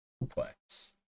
complex